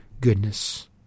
goodness